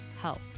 help